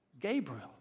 Gabriel